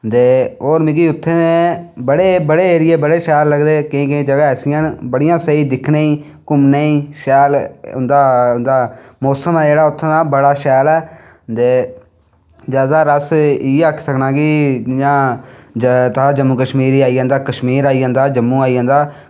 ते होर मिगी उत्थें बड़े बड़े एरिये शैल लगदे केईं जगहां ऐसियां न बड़ियां स्हेई दिक्खनै गी घुम्मनै गी शैल शैल उंदा मौसम ऐ जेह्ड़ा उत्थें दा बड़ा शैल ऐ ते होर अस इयै आक्खी लकना की जियां साढ़ा जम्मू कशमीर आई गेआ कशमीर आई जंदा जम्मू आई जंदा